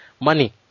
money